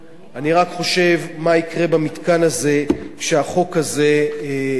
אני רק חושב מה יקרה במתקן הזה כשהחוק הזה יעבור.